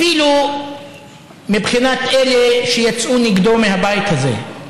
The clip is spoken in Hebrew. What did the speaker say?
אפילו מבחינת אלה שיצאו נגדו מהבית הזה,